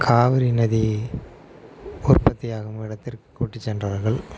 காவிரி நதி உற்பத்தி ஆகும் இடத்திற்கு கூட்டி சென்றார்கள்